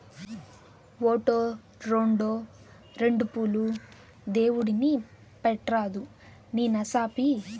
ఓటో, రోండో రెండు పూలు దేవుడిని పెట్రాదూ నీ నసాపి